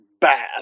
bad